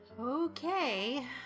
Okay